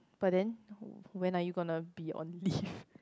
but they when are you gonna be on leave